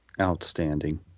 Outstanding